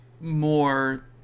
more